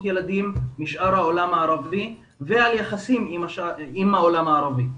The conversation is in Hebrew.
ילדים משאר העולם הערבי ועל יחסים עם העולם הערבי.